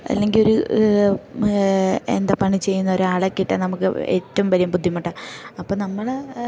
അല്ലെങ്കിൽ ഒരു എന്താ പണി ചെയ്യുന്ന ഒരാളെ കിട്ടാൻ നമുക്ക് ഏറ്റവും വലിയ ബുദ്ധിമുട്ടാണ് അപ്പം നമ്മൾ